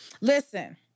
Listen